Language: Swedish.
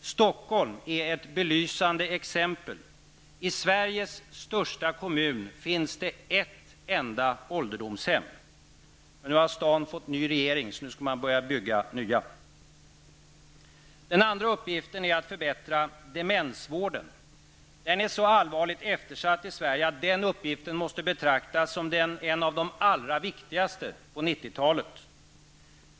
Stockholm är ett belysande exempel. I Sveriges största kommun finns ett enda ålderdomshem. Men nu har staden fått ny regering och nu skall det byggas fler! Den andra uppgiften är att förbättra demensvården. Den är så allvarligt eftersatt i Sverige att den uppgiften måste betraktas som en av de allra viktigaste för 90-talet.